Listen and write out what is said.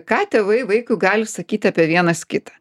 ką tėvai vaikui gali sakyti apie vienas kitą